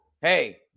hey